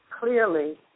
clearly